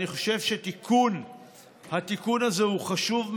אני חושב שהתיקון הזה הוא חשוב מאוד.